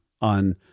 on